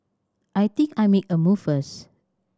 I think I make a move first